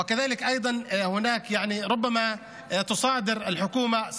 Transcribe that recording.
וגם אולי הממשלה תחרים את רכביהם של